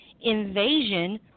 invasion